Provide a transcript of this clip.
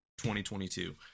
2022